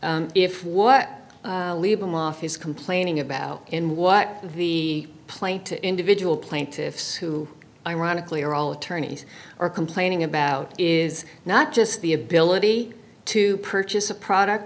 if what leave them off is complaining about in what the playing to individual plaintiffs who ironically are all attorneys are complaining about is not just the ability to purchase a product